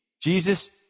Jesus